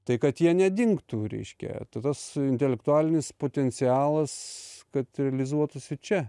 tai kad jie nedingtų reiškia tai tas intelektualinis potencialas kad realizuotųsi čia